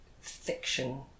fiction